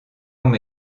longs